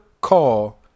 call